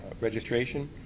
registration